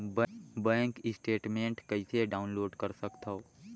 Bank statement कइसे download कर सकथव?